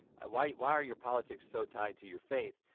why why are your politics so tied to your faith?